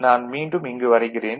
நான் மீண்டும் இங்கு வரைகிறேன்